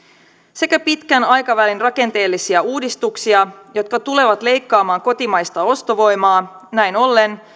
sekä pitkän aikavälin rakenteellisia uudistuksia jotka tulevat leikkaamaan kotimaista ostovoimaa näin ollen